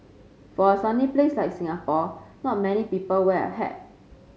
for a sunny place like Singapore not many people wear a hat